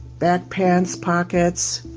back pants pockets,